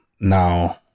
Now